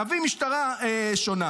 נביא משטרה שונה